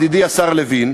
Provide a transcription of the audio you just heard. ידידי השר לוין,